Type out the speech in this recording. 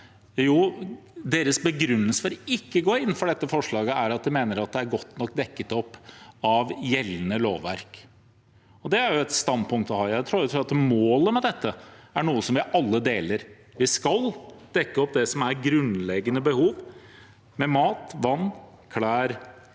begrunnelse for ikke å gå inn for dette forslaget, er at de mener at det er godt nok dekket opp av gjeldende lovverk. Det er jo et standpunkt å ha. Jeg tror at målet med dette er noe som vi alle deler: Vi skal dekke det som er grunnleggende behov, mat, vann, klær